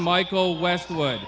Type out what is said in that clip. michael westwood